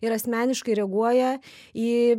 ir asmeniškai reaguoja į